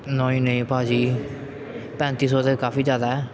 ਨਹੀਂ ਨਹੀਂ ਭਾਅ ਜੀ ਪੈਂਤੀ ਸੌ ਤਾਂ ਕਾਫ਼ੀ ਜ਼ਿਆਦਾ